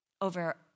over